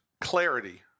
clarity